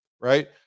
right